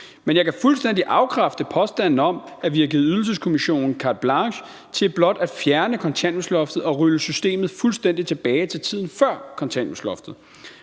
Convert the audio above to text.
Men jeg kan fuldstændig afkræfte påstanden om, at vi har givet ydelseskommissionen carte blanche til blot at fjerne kontanthjælpsloftet og rulle systemet fuldstændig tilbage til tiden før kontanthjælpsloftet.